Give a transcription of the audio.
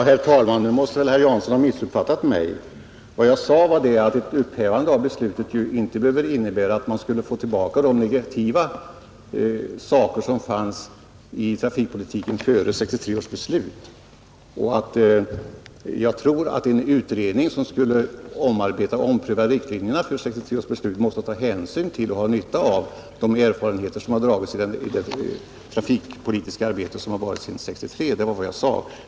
Herr talman! Nu måste väl herr Jansson ha missuppfattat mig. Vad jag sade var att ett upphävande av beslutet inte behöver innebära att man skulle få tillbaka de negativa inslag, som fanns i trafikpolitiken före 1963 års beslut, och att jag tror att en utredning, som skulle ompröva riktlinjerna för 1963 års beslut, måste ta hänsyn till och ha nytta av de erfarenheter som dragits av det trafikpolitiska arbete som har pågått efter 1963.